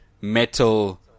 metal